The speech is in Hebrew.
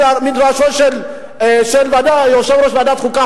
מבית-מדרשו של יושב-ראש ועדת חוקה,